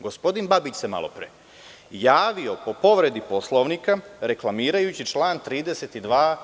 Gospodin Babić se malopre javio po povredi Poslovnika, reklamirajući član 32.